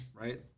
right